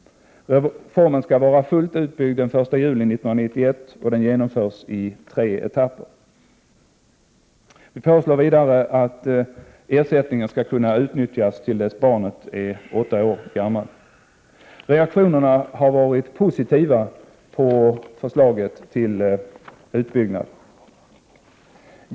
Reformen skall vara fullt utbyggd den 1 juli 1991, och den genomförs i tre etapper. Vi föreslår vidare att ersättningen skall kunna utnyttjas till dess att barnet är åtta år gammalt. Reaktionerna på förslaget till utbyggnad har varit positiva.